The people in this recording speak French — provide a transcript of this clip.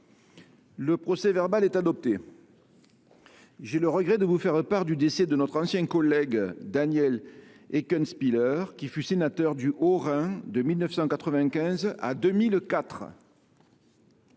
Le procès verbal est adopté. Mes chers collègues, j’ai le regret de vous faire part du décès de notre ancien collègue Daniel Eckenspieller, qui fut sénateur du Haut Rhin de 1995 à 2004.